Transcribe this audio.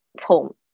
home